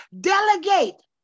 Delegate